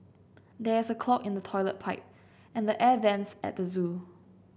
there is a clog in the toilet pipe and the air vents at the zoo